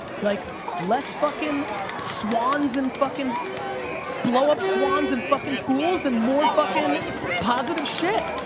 like less fucking swans and fucking blow up swans and fucking pools and more fucking positive shit.